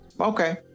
okay